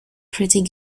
pretty